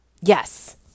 Yes